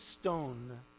stone